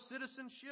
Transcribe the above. citizenship